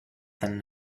than